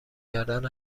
کردن